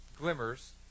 glimmers